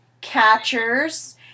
catchers